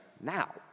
now